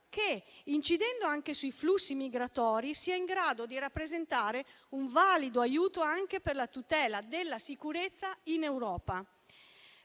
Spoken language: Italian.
che, incidendo anche sui flussi migratori, sia in grado di rappresentare un valido aiuto anche per la tutela della sicurezza in Europa.